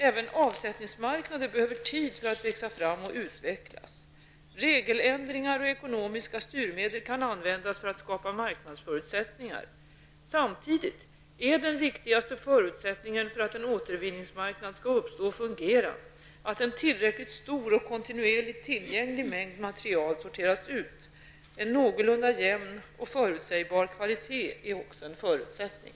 Även avsättningsmarknader behöver tid för att växa fram och utvecklas. Regeländringar och ekonomiska styrmedel kan användas för att skapa marknadsförutsättningar. Samtidigt är den viktigaste förutsättningen för att en återvinningsmarknad skall uppstå och fungera att en tillräckligt stor och kontinuerligt tillgänglig mängd material sorteras ut. En någorlunda jämn och förutsägbar kvalitet är också en förutsättning.